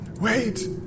Wait